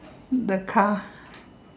the car